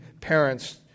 parents